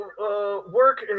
work